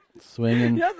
swinging